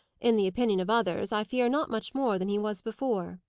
in the opinion of others, i fear not much more than he was before.